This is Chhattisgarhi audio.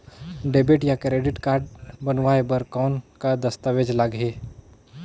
डेबिट या क्रेडिट कारड बनवाय बर कौन का दस्तावेज लगही?